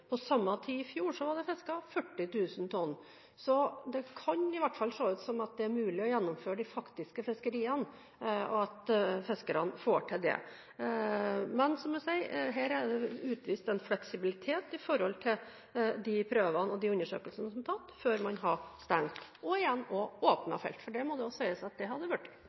Så det kan i hvert fall se ut som det er mulig å gjennomføre de faktiske fiskeriene, og at fiskerne får det til. Men som jeg sier: Her er det utvist en fleksibilitet med hensyn til de prøvene og undersøkelsene som er tatt, før man har stengt felter – og igjen åpnet dem, for det må det også sies at